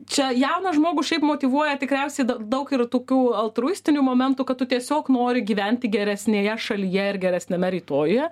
čia jauną žmogų šiaip motyvuoja tikriausiai d daug ir tokių altruistinių momentų kad tu tiesiog nori gyventi geresnėje šalyje ir geresniame rytojuje